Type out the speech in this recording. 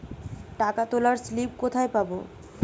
টাকা তোলার স্লিপ কোথায় পাব?